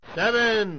seven